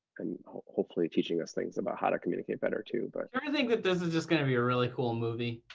and hopefully teaching us things about how to communicate better too, but don't you think that this is just going to be a really cool movie?